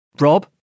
Rob